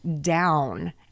Down